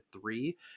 three